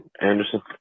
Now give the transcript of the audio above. Anderson